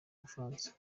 bufaransa